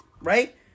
right